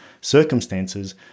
circumstances